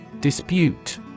Dispute